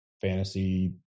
fantasy